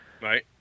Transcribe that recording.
Right